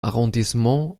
arrondissement